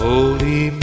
Holy